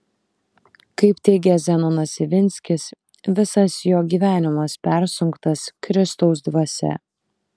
kaip teigia zenonas ivinskis visas jo gyvenimas persunktas kristaus dvasia